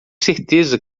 certeza